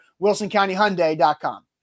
WilsonCountyHyundai.com